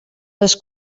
les